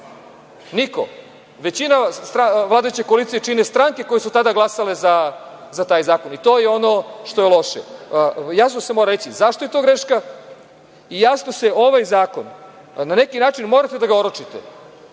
niko. Većina vladajuće koalicije čine stranke koje su tada glasale za taj zakon i to je ono što je loše. Samo ću reći zašto je to greška. Ovaj zakon na neki način morate da oročite.